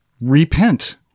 repent